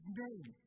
name